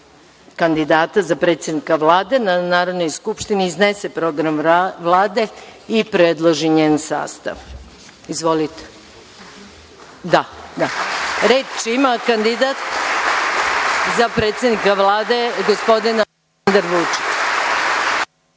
kandidata za predsednika Vlade, da Narodnoj skupštini iznese program Vlade i predloži njen sastav. Izvolite. Reč ima kandidat za predsednika Vlade gospodin Aleksandar Vučić.